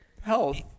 Health